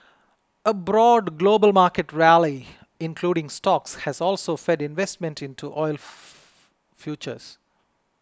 a broad global market rally including stocks has also fed investment into oil futures